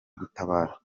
gutabara